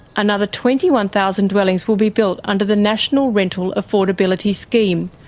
another twenty one thousand dwellings will be built under the national rental affordability scheme,